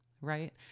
right